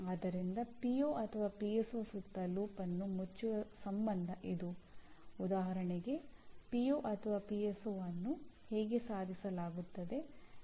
ಆದ್ದರಿಂದ ಪಿಒ ಅನ್ನು ಹೇಗೆ ಸಾಧಿಸಲಾಗುತ್ತದೆ